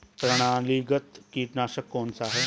प्रणालीगत कीटनाशक कौन सा है?